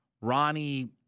Ronnie